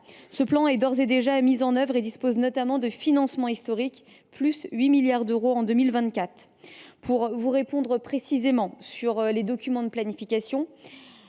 Ce plan est d’ores et déjà mis en œuvre et financé pour un montant historique de 8 milliards d’euros en 2024. Pour vous répondre précisément sur les documents de planification,